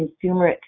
consumer